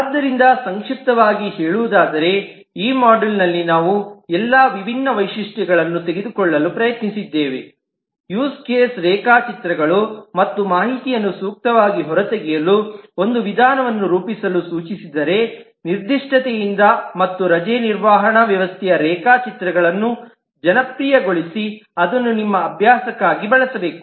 ಆದ್ದರಿಂದ ಸಂಕ್ಷಿಪ್ತವಾಗಿ ಹೇಳುವುದಾದರೆ ಈ ಮಾಡ್ಯೂಲ್ನಲ್ಲಿ ನಾವು ಎಲ್ಲಾ ವಿಭಿನ್ನ ವೈಶಿಷ್ಟ್ಯಗಳನ್ನು ತೆಗೆದುಕೊಳ್ಳಲು ಪ್ರಯತ್ನಿಸಿದ್ದೇವೆ ಯೂಸ್ ಕೇಸ್ ರೇಖಾಚಿತ್ರಗಳು ಮತ್ತು ಮಾಹಿತಿಯನ್ನು ಸೂಕ್ತವಾಗಿ ಹೊರತೆಗೆಯಲು ಒಂದು ವಿಧಾನವನ್ನು ರೂಪಿಸಲು ಸೂಚಿಸಿದೆ ನಿರ್ದಿಷ್ಟತೆಯಿಂದ ಮತ್ತು ರಜೆ ನಿರ್ವಹಣಾ ವ್ಯವಸ್ಥೆಯ ರೇಖಾಚಿತ್ರಗಳನ್ನು ಜನಪ್ರಿಯಗೊಳಿಸಿ ಅದನ್ನು ನಿಮ್ಮ ಅಭ್ಯಾಸಕ್ಕಾಗಿ ಬಳಸಬೇಕು